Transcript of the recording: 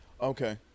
Okay